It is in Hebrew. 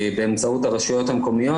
באמצעות הרשויות המקומיות.